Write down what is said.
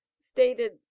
stated